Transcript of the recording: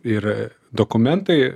ir dokumentai